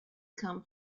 come